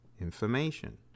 information